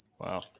Wow